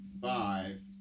five